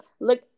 look